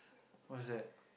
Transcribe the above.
what's that